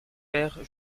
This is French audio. père